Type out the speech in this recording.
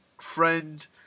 friend